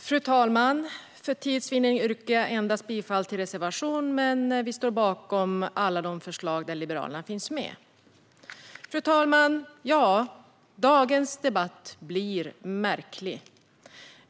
Fru talman! För tids vinnande yrkar jag bifall endast till reservation 3, men vi står bakom alla förslag där Liberalerna finns med. Fru talman! Dagens debatt blir märklig.